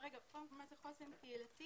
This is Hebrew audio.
קודם מה זה חוסן קהילתי.